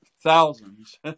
thousands